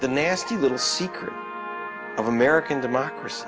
the nasty little secret of american democracy